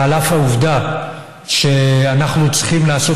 ועל אף העובדה שאנחנו צריכים לעשות